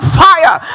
fire